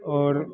ओर